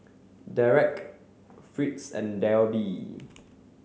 Dereck Fritz and Debbie